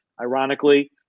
ironically